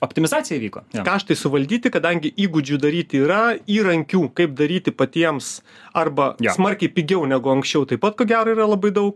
optimizacija įvyko kaštai suvaldyti kadangi įgūdžių daryti yra įrankių kaip daryti patiems arba smarkiai pigiau negu anksčiau taip pat ko gero yra labai daug